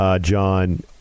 John